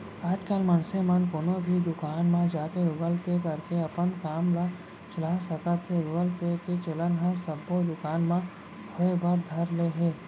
आजकल मनसे मन कोनो भी दुकान म जाके गुगल पे करके अपन काम ल चला सकत हें गुगल पे के चलन ह सब्बो दुकान म होय बर धर ले हे